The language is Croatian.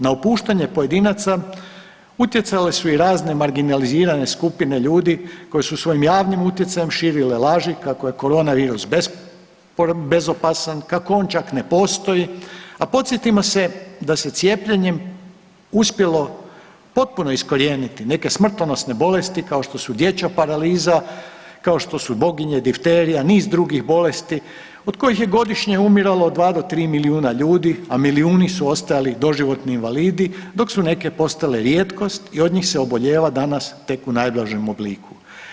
Na opuštanje pojedinaca utjecale su i razne marginalizirane skupine ljudi koji su svojim javnim utjecajem širile lažu kako je koronavirus bezopasan, kako on čak ne postoji, a podsjetimo se da se cijepljenjem uspjelo potpuno iskorijeniti neke smrtonosne bolesti, kao što su dječja paraliza, kao što su boginje, difterija, niz drugih bolesti od kojih je godišnje umiralo 2 do 3 milijuna ljudi, a milijuni su ostajali doživotni invalidi, dok su neke postale rijetkost i od njih se obolijeva danas tek u najblažem obliku.